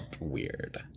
weird